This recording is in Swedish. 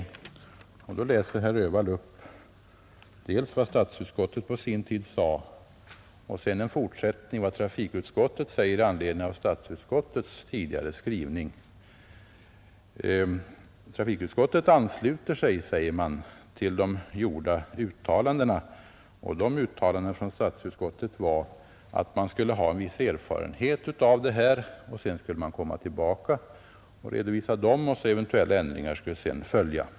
Herr Öhvall läser sedan upp vad statsutskottet på sin tid sade, varpå han fortsätter att läsa upp vad nuvarande trafikutskottet säger med anledning av statsutskottets tidigare skrivning. Trafikutskottet ansluter sig, säger man, till de gjorda uttalandena. Dessa statsutskottets uttalanden gick ut på att man skulle ha vissa erfarenheter av det nya transportstödet, varpå man skulle komma tillbaka och redovisa dessa, varefter eventuella ändringar skulle ske.